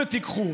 ותיקחו.